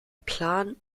plan